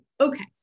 Okay